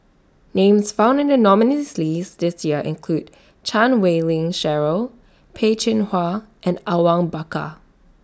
Names found in The nominees' list This Year include Chan Wei Ling Cheryl Peh Chin Hua and Awang Bakar